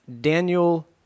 daniel